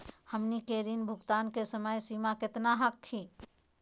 हमनी के ऋण भुगतान के समय सीमा केतना हखिन?